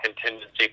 contingency